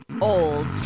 old